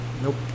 Nope